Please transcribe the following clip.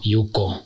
Yuko